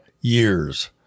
years